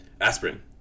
Aspirin